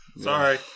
Sorry